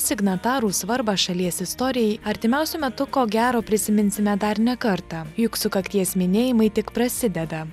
signatarų svarbą šalies istorijai artimiausiu metu ko gero prisiminsime dar ne kartą juk sukakties minėjimai tik prasideda